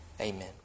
amen